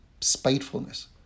spitefulness